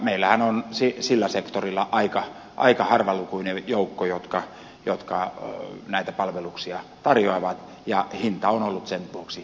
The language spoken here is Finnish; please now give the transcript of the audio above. meillähän on sillä sektorilla aika harvalukuinen joukko joka näitä palveluksia tarjoaa ja hinta on ollut sen vuoksi hyvin korkea